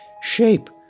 shape